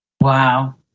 Wow